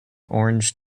orange